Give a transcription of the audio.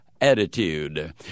attitude